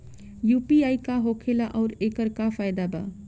UPI का होखेला आउर एकर का फायदा बा?